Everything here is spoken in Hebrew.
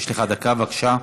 יש לך דקה, בבקשה.